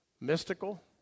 mystical